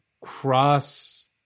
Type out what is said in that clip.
cross